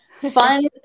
Fun